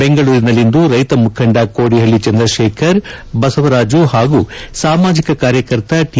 ಬೆಂಗಳೂರಿನಲ್ಲಿಂದು ರೈತ ಮುಖಂಡ ಕೋಡಿಹಳ್ಳಿ ಚಂದ್ರಶೇಖರ್ ಬಸವರಾಜು ಹಾಗೂ ಸಾಮಾಜಿಕ ಕಾರ್ಯಕರ್ತ ಟಿ